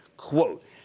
Quote